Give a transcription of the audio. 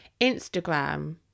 instagram